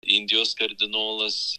indijos kardinolas